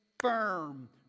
Firm